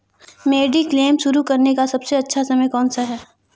Mediclaim शुरू करने का सबसे अच्छा समय कौनसा है?